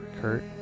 kurt